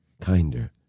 kinder